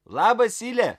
labas sile